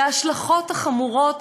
וההשלכות חמורות,